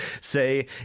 say